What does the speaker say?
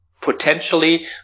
potentially